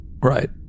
Right